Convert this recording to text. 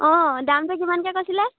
অঁ দামটো কিমানকৈ কৈছিলে